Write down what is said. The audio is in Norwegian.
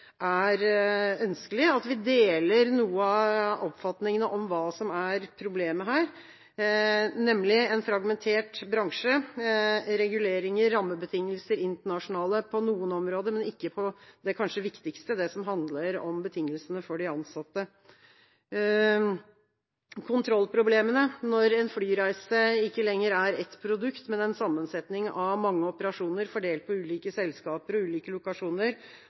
er ønskelig, og at vi deler noen av oppfatningene av hva som er problemet her, nemlig en fragmentert bransje – reguleringer og rammebetingelser internasjonale på noen områder, men ikke på det kanskje viktigste, det som handler om betingelsene for de ansatte. Kontrollproblemet når en flyreise ikke lenger er ett produkt, men en sammensetning av mange operasjoner fordelt på ulike selskaper og ulike lokasjoner,